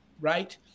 right